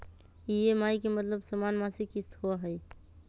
EMI के मतलब समान मासिक किस्त होहई?